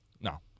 No